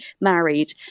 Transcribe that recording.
married